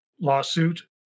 lawsuit